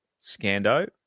Scando